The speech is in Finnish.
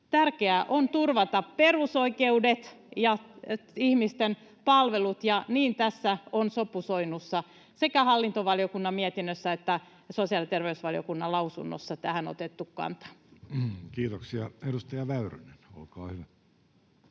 Tärkeää on turvata perusoikeudet ja ihmisten palvelut, ja niin tässä on sopusoinnussa sekä hallintovaliokunnan mietinnössä että sosiaali- ja terveysvaliokunnan lausunnossa tähän otettu kantaa. [Speech 68] Speaker: Jussi Halla-aho